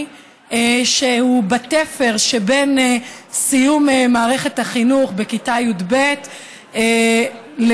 שהוא בתפר שבין סיום מערכת החינוך בכיתה י"ב לבין